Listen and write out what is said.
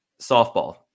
softball